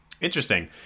Interesting